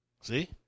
See